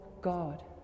God